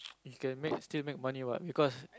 you can make still make money what because